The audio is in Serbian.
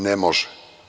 Ne može.